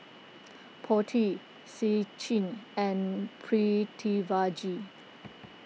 Potti Sachin and Pritiviraj